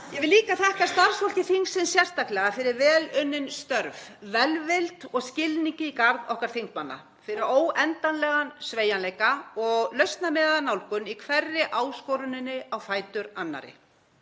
Ég vil líka þakka starfsfólki þingsins sérstaklega fyrir vel unnin störf, velvild og skilning í garð okkar þingmanna og fyrir óendanlegan sveigjanleika og lausnamiðaða nálgun í hverri áskoruninni á fætur annarri.